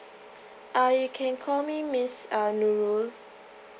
uh you can call me miss uh nurul